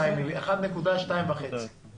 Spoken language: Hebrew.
1.25 מיליארד שקל לחודש.